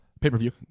pay-per-view